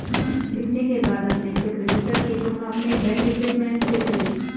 लिखने के बाद अपने चेक रजिस्टर की तुलना अपने बैंक स्टेटमेंट से करें